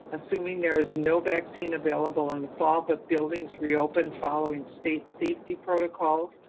assuming there is no vaccine available in the fall, but buildings reopen following state safety protocols,